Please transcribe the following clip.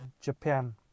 Japan